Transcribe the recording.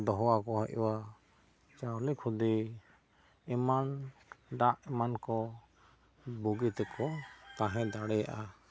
ᱫᱚᱦᱚ ᱟᱠᱚ ᱦᱩᱭᱩᱜ ᱟ ᱪᱟᱣᱞᱮ ᱠᱷᱩᱫᱤ ᱮᱢᱟᱱ ᱫᱟᱜ ᱮᱢᱟᱱ ᱠᱚ ᱵᱩᱜᱤ ᱛᱮ ᱠᱚ ᱛᱟᱦᱮᱸ ᱫᱟᱲᱮᱭᱟᱜ ᱟ